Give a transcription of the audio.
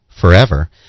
forever